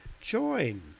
join